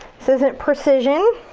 this isn't precision.